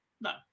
No